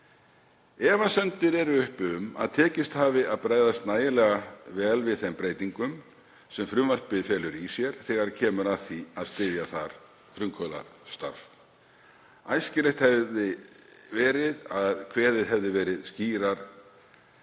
Efasemdir eru um að tekist hafi að bregðast nægilega vel við þeim breytingum sem frumvarpið felur í sér þegar kemur að því að styðja þar frumkvöðlastarf. Æskilegt er að kveðið hefði verið skýrar